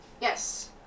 Yes